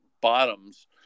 bottoms